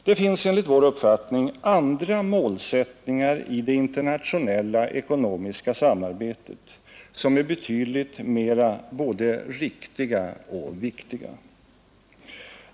Det finns enligt vår uppfattning andra målsättningar i det internationella ekonomiska samarbetet, som är betydligt mera både riktiga och viktiga.